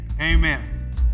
Amen